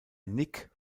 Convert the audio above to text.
nick